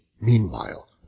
meanwhile